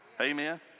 Amen